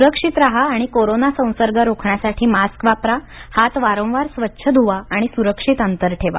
सुरक्षित राहा आणि कोरोना संसर्ग रोखण्यासाठी मास्क वापरा हात वारंवार स्वच्छ धुवा सुरक्षित अंतर ठेवा